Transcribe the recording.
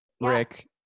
Rick